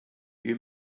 you